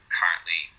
currently